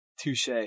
Touche